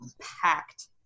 packed